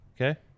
Okay